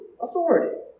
authority